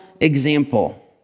example